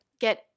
get